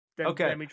Okay